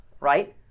right